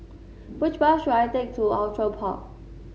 which bus should I take to Outram Park